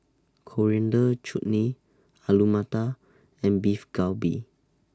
Coriander Chutney Alu Matar and Beef Galbi